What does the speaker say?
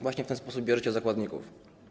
Właśnie w ten sposób bierzecie zakładników.